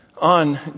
On